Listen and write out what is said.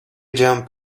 jump